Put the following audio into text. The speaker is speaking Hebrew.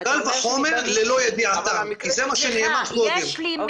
קל וחומר ללא ידיעתם, כי זה מה שנאמר קודם.